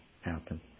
happen